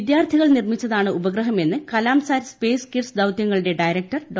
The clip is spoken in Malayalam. വിദ്യാർത്ഥികൾ നിർമ്മിച്ചതാണ് ഉപഗ്രഹമെന്ന് കലാംസാറ്റ് സ്പേസ് കിഡ്സ് ദൌതൃങ്ങളുടെ ഡയറക്ടർ ഡോ